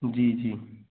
जी जी